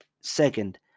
Second